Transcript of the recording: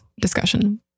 discussion